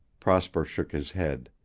prosper shook his head.